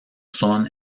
son